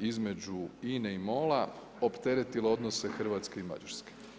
između INA-e i MOL-a opteretilo odnose Hrvatske i Mađarske.